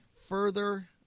further